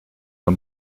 are